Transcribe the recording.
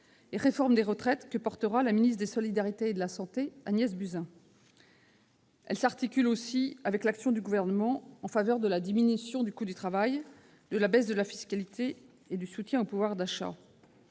et réforme des retraites, que portera la ministre des solidarités et de la santé, Agnès Buzyn. Ils s'articulent aussi avec l'action du Gouvernement en faveur de la diminution du coût du travail, de la baisse de la fiscalité et du soutien au pouvoir d'achat.